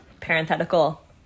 parenthetical